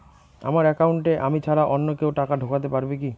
আমার একাউন্টে আমি ছাড়া অন্য কেউ টাকা ঢোকাতে পারবে কি?